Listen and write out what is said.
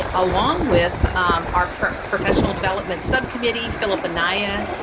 and along with our professional development subcommittee, philip anaya,